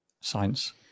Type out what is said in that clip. science